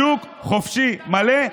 שוק חופשי מלא,